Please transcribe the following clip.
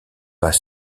pas